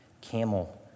camel